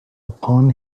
upon